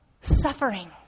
suffering